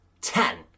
Ten